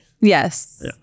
Yes